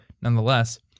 nonetheless